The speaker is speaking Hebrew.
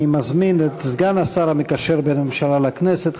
אני מזמין את סגן השר המקשר בין הממשלה לכנסת,